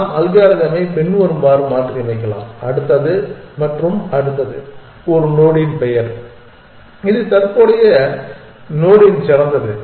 நாம் அல்காரிதமை பின்வருமாறு மாற்றியமைக்கலாம் அடுத்தது மற்றும் அடுத்தது ஒரு நோடின் பெயர் இது தற்போதைய நோடின் சிறந்தது